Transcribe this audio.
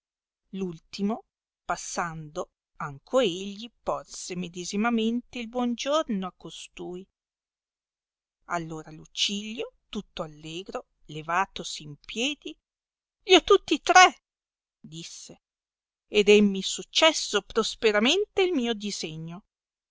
ultimo passando anco egli porse medesimamente il buon giorno a costui ah ora lucilio tutto allegro levatosi in piedi gli ho tutti tre disse ed emmi successo prosperamente il mio disegno